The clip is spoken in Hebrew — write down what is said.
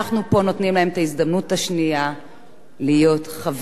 להיות חברים, באמת, פרודוקטיביים בחברה שלנו,